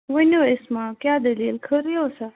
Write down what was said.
ؤنِو اِسما کیٛاہ دٔلیٖل خٲرٕے اوسا